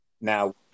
now